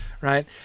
right